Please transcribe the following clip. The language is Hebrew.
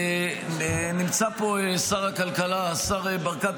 נמצא פה שר הכלכלה השר ברקת,